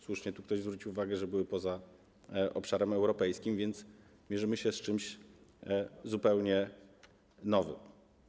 Słusznie tu ktoś zwrócił uwagę, że były poza obszarem europejskim, więc mierzymy się z czymś zupełnie nowym.